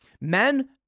Men